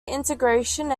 integration